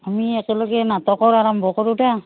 আমি একেলগে নাটকৰ আৰম্ভ কৰোঁ তে